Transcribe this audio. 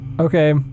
Okay